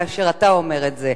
כאשר אתה אומר את זה.